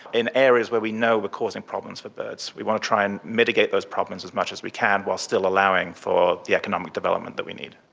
in areas where we know were causing problems for birds. we want to try and mitigate those problems as much as we can, while still allowing for the economic development that we need.